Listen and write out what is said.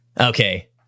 Okay